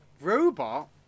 Robot